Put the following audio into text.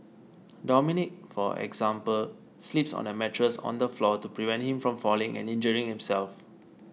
Dominic for example sleeps on a mattress on the floor to prevent him from falling and injuring himself